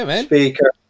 speaker